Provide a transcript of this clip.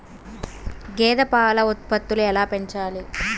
గేదె పాల ఉత్పత్తులు ఎలా పెంచాలి?